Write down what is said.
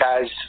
guys